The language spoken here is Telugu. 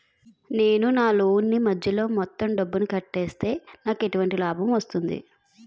నేను నా లోన్ నీ మధ్యలో మొత్తం డబ్బును కట్టేస్తే నాకు ఎటువంటి లాభం వస్తుంది?